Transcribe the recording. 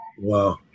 Wow